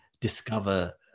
discover